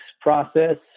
process